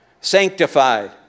Sanctified